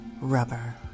rubber